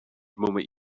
moment